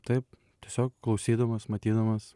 taip tiesiog klausydamas matydamas